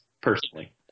personally